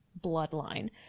bloodline